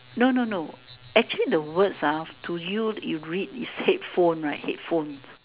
no no no actually the words to you you read is headphone right headphone